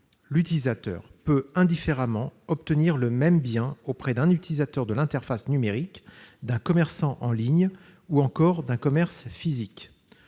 L'utilisateur peut indifféremment obtenir le même bien auprès d'un utilisateur de l'interface numérique, d'un commerçant en ligne ou encore d'un commerce physique.